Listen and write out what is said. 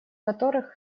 которых